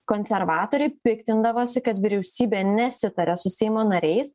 konservatoriai piktindavosi kad vyriausybė nesitaria su seimo nariais